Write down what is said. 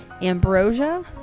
Ambrosia